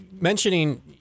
mentioning